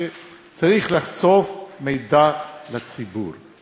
שצריך לחשוף מידע לציבור.